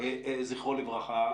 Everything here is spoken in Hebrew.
זכרו לברכה,